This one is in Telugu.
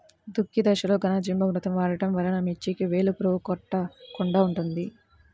దుక్కి దశలో ఘనజీవామృతం వాడటం వలన మిర్చికి వేలు పురుగు కొట్టకుండా ఉంటుంది?